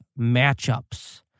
matchups